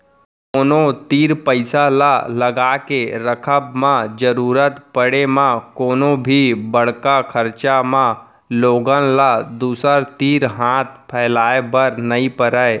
कोनो तीर पइसा ल लगाके रखब म जरुरत पड़े म कोनो भी बड़का खरचा म लोगन ल दूसर तीर हाथ फैलाए बर नइ परय